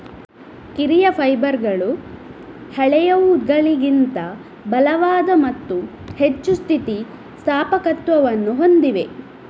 ಕಿರಿಯ ಫೈಬರ್ಗಳು ಹಳೆಯವುಗಳಿಗಿಂತ ಬಲವಾದ ಮತ್ತು ಹೆಚ್ಚು ಸ್ಥಿತಿ ಸ್ಥಾಪಕತ್ವವನ್ನು ಹೊಂದಿವೆ